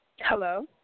Hello